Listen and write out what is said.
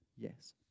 Yes